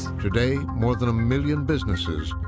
today, more than a million businesses,